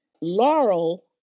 Laurel